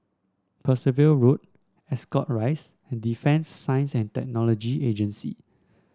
Percival Road Ascot Rise and Defence Science and Technology Agency